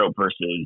versus